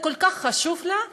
זה כל כך חשוב לה,